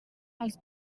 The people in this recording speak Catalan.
els